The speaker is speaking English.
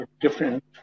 different